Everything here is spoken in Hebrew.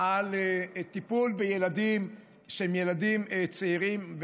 על טיפול בילדים שהם ילדים צעירים.